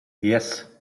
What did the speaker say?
yes